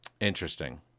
Interesting